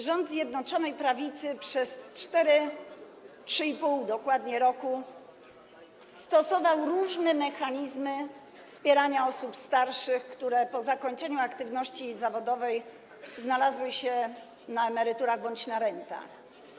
Rząd Zjednoczonej Prawicy przez dokładnie 3,5 roku stosował różne mechanizmy wspierania osób starszych, które po zakończeniu aktywności zawodowej znalazły się na emeryturach bądź na rentach.